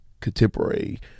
contemporary